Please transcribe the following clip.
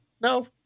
no